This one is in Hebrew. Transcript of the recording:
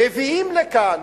מביאים לכאן,